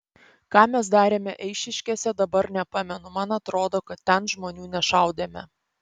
ką mes darėme eišiškėse dabar nepamenu man atrodo kad ten žmonių nešaudėme